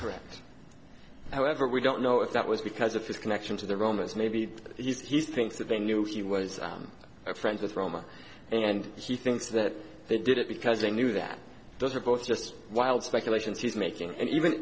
you however we don't know if that was because of his connection to the romas maybe he thinks that they knew he was friends with roma and she thinks that they did it because they knew that those are both just wild speculations he's making and even